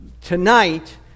tonight